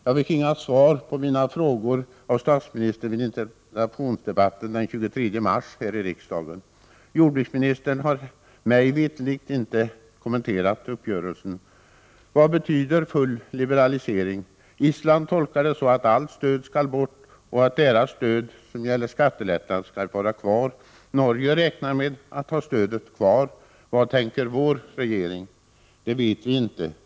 Jag fick inga svar på mina frågor till statsministern den 23 mars här i riksdagen. Jordbruksministern har mig veterligt inte kommenterat uppgörelsen. Vad betyder full liberalisering? Island tolkar uttrycket så, att allt stöd skall bort medan dess stöd i form av skattelättnad skall få vara kvar. Norge räknar med att ha stödet kvar. Vad tänker vår regering? Det vet vi inte.